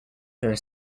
her